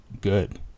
good